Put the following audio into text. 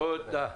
תודה.